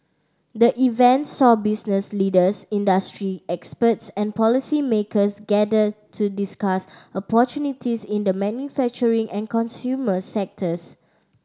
the event saw business leaders industry experts and policymakers gather to discuss opportunities in the manufacturing and consumer sectors